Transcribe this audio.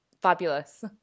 fabulous